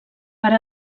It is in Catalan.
per